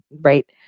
right